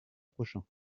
prochain